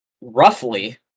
roughly